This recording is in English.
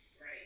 Right